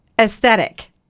Aesthetic